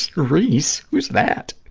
reese? who's that?